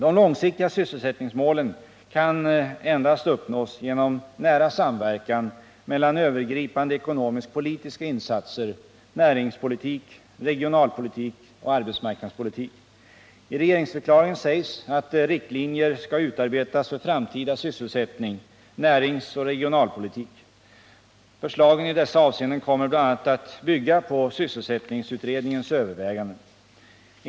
De långsiktiga sysselsättningsmålen kan endast uppnås genom nära samverkan mellan övergripande ekonomisk-politiska insatser, näringspolitik, regionalpolitik och arbetsmarknadspolitik. I regeringsförklaringen sägs att riktlinjer skall utarbetas för framtida sysselsättning, näringsoch regionalpolitik. Förslagen i dessa avseenden kommer bl.a. att bygga på sysselsättningsutredningens överväganden.